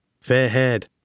fair-haired